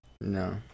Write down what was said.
No